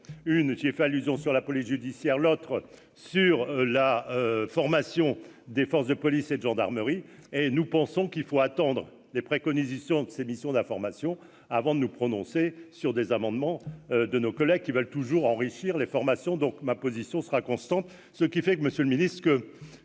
une s'est fait allusion sur la police judiciaire, l'autre sur la formation des forces de police et de gendarmerie et nous pensons qu'il faut attendre les préconisations de ces missions d'information avant de nous prononcer sur des amendements de nos collègues qui veulent toujours enrichir les formations donc ma position sera constante, ce qui fait que Monsieur le Ministre, ce